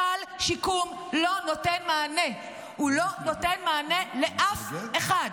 סל שיקום לא נותן מענה, הוא לא נותן מענה לאף אחד.